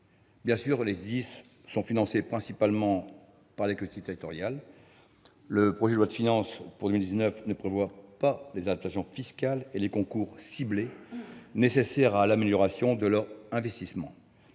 de secours soient financés principalement par les collectivités territoriales, le projet de loi de finances pour 2019 ne prévoit pas les adaptations fiscales et les concours ciblés nécessaires à l'amélioration de leurs investissements,